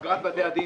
פגרת בתי הדין,